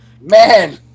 Man